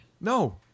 No